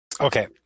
Okay